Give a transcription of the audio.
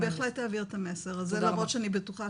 אני אעביר את המסר הזה למרות שאני בטוחה